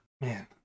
man